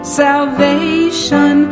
salvation